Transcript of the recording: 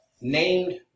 named